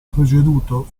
preceduto